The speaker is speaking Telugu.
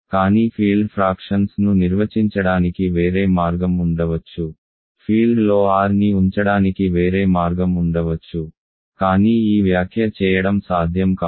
కానీ ఫీల్డ్ ఫ్రాక్షన్స్ ను నిర్వచించడానికి వేరే మార్గం ఉండవచ్చు ఫీల్డ్లో R ని ఉంచడానికి వేరే మార్గం ఉండవచ్చు కానీ ఈ వ్యాఖ్య చేయడం సాధ్యం కాదు